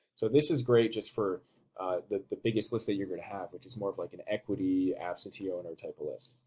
so this is great just for the the biggest list that you're going to have, which is more of like an equity, absentee owner type of list.